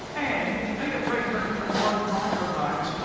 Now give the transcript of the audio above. and, peter freedman, from rode microphones,